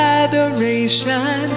adoration